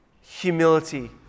Humility